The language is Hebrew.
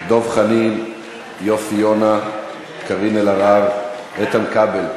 דב חנין, יוסי יונה, קארין אלהרר, איתן כבל,